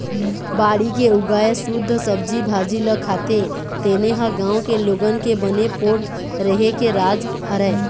बाड़ी के उगाए सुद्ध सब्जी भाजी ल खाथे तेने ह गाँव के लोगन के बने पोठ रेहे के राज हरय